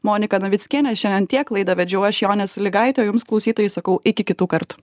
monika navickiene šiandien tiek laidą vedžiau aš jonė salygaitė o jums klausytojai sakau iki kitų kartų